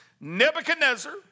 Nebuchadnezzar